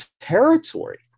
territory